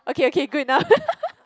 okay okay good enough